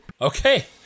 okay